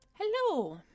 hello